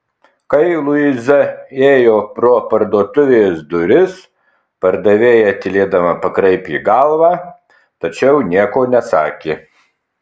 kai luiza ėjo pro parduotuvės duris pardavėja tylėdama pakraipė galvą tačiau nieko nesakė